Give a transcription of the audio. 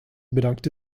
bedankte